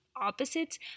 opposites